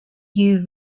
you